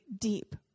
deep